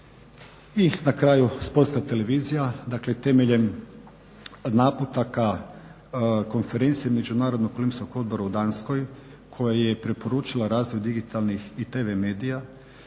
I na kraju Sportska televizija, dakle temeljem naputaka Konferencije Međunarodnog olimpijskog odbora u Danskoj koja je preporučila razvoj digitalnih i tv medija